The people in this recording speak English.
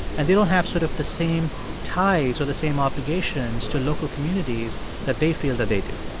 and they don't have sort of the same ties or the same obligations to local communities that they feel that they do